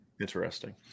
interesting